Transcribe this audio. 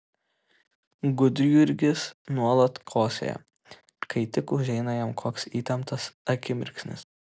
gudjurgis nuolat kosėja kai tik užeina jam koks įtemptas akimirksnis